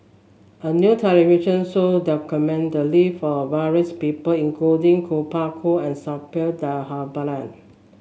a new television show document the live of various people including Kuo Pao Kun and Suppiah Dhanabalan